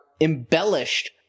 embellished